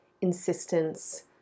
insistence